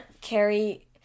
carry